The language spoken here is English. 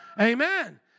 Amen